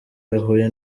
yahuye